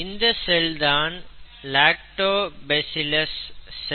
இந்த செல் தான் லேக்டோபெசிலஸ் செல்